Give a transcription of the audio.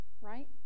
right